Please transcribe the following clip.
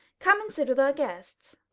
come and sit with our guests!